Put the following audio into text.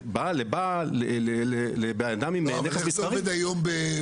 אני בא לבן אדם עם נכס מסחרי --- לא,